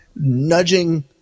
nudging